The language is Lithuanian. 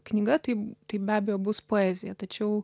knyga taip tai be abejo bus poezija tačiau